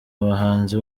bahanzi